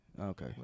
Okay